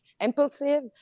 impulsive